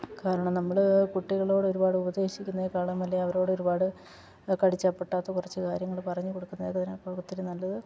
കാരണം നമ്മൾ കുട്ടികളോട് ഒരുപാട് ഉപദേശിക്കുന്നതിനേക്കാളും നല്ലത് അവരോട് ഒരുപാട് കടിച്ചാൽപ്പൊട്ടാത്ത കുറച്ച് കാര്യങ്ങൾ പറഞ്ഞു കൊടുക്കുന്നതിനേക്കാൾ ഒത്തിരി നല്ലത്